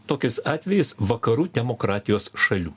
tokiais atvejais vakarų demokratijos šalių